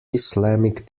islamic